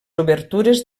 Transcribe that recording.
obertures